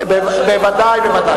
בוודאי.